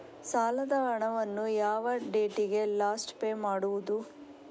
ಸಾಲದ ಹಣವನ್ನು ಯಾವ ಡೇಟಿಗೆ ಲಾಸ್ಟ್ ಪೇ ಮಾಡುವುದು?